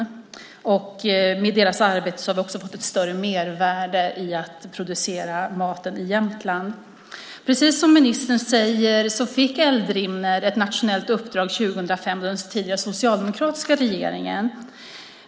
I och med Eldrimners arbete har vi också fått ett större mervärde i att producera maten i Jämtland. Precis som ministern säger fick Eldrimner ett nationellt uppdrag 2005 av den tidigare socialdemokratiska regeringen.